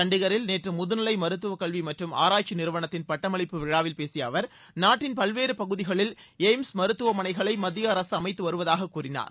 சண்டிகரில் நேற்று முதுநிலை மருத்துவ கல்வி மற்றும் ஆராய்ச்சி நிறுவனத்தின் பட்டமளிப்பு விழாவில் பேசிய அவர் நாட்டின் பல்வேறு பகுதிகளில் எய்ம்ஸ் மருத்துவமனைகளை மத்திய அரசு அமைத்து வருவதாகக் கூறினார்